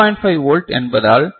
5 volt என்பதால் 2